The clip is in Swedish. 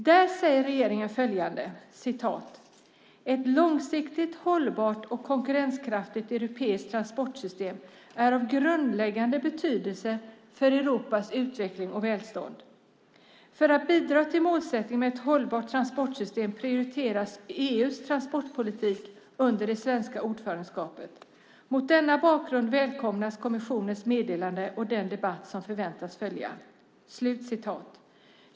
Där säger regeringen följande: "Ett långsiktigt hållbart och konkurrenskraftigt europeiskt transportsystem är av grundläggande betydelse för Europas utveckling och välstånd. För att bidra till målsättningen med ett hållbart transportsystem prioriteras EU:s transportpolitik efter 2010 under det svenska ordförandeskapet. Mot denna bakgrund välkomnas kommissionens meddelande och den debatt som förväntas följa."